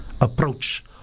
approach